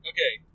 Okay